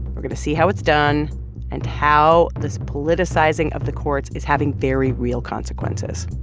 we're going to see how it's done and how this politicizing of the courts is having very real consequences.